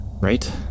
right